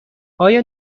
آیا